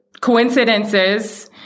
coincidences